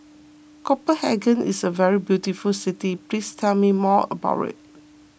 Copenhagen is a very beautiful city please tell me more about it